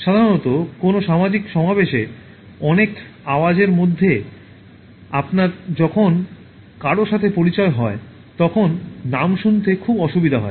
সাধারণত কোনও সামাজিক সমাবেশে অনেক আওয়াজের মধ্যে আপনার যখন কারও সাথে পরিচয় হয় তখন নাম শুনতে খুব অসুবিধা হয়